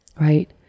Right